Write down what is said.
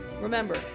remember